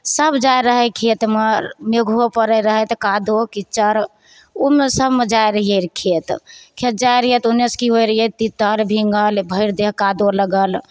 सब जाइ रहै खेतमे मेघो पड़ैत रहै तऽ कादो किचड़ ओहो सबमे जाइ रहियै रऽ खेत खेत जाइ रहियै तऽ ओनेसे की होइ रहियै तीतल भींगल भरि देह कादो लगल